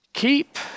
keep